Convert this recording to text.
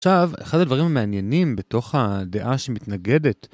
עכשיו, אחד הדברים המעניינים בתוך הדעה שמתנגדת